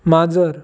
माजर